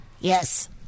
Yes